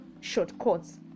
shortcuts